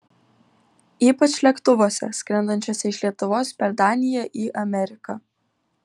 ypač lėktuvuose skrendančiuose iš lietuvos per daniją į ameriką